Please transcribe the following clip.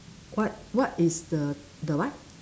what what is the the what